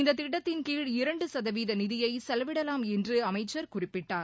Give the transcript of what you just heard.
இந்தத் திட்டத்தின்கீழ் இரண்டு சதவீத நிதியை செலவிடவாம் என்று அமைச்சர் குறிப்பிட்டார்